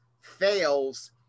fails